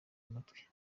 amatwi